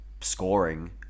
scoring